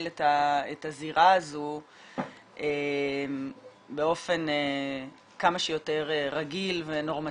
את הזירה הזו באופן כמה שיותר רגיל ונורמטיבי.